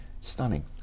stunning